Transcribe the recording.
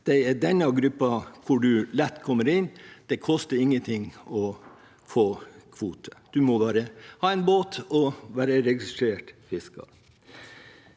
dette er en gruppe hvor man lett kommer inn. Det koster ingenting å få kvoter, man må bare ha en båt og være registrert fisker.